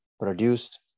produced